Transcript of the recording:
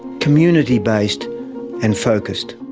community-based and focused.